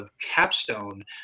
capstone